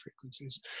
frequencies